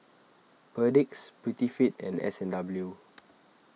Perdix Prettyfit and S and W